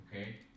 Okay